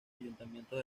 ayuntamientos